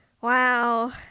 Wow